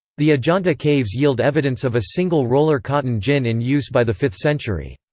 the ajanta caves yield evidence of a single roller cotton gin in use by the fifth century.